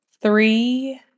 three